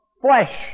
flesh